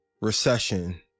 recession